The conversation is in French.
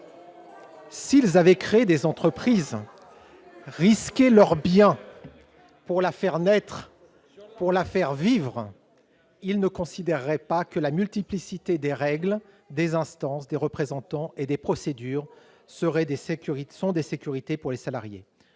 S'ils avaient créé des entreprises, risqué leurs biens pour les faire naître, pour les faire vivre, ils ne considéreraient pas que la multiplicité des règles, des instances, des représentants et des procédures est une sécurité pour les salariés.